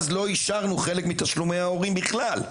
אז לא אישרנו חלק מתשלומי ההורים בכלל.